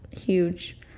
huge